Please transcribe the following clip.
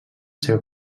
seva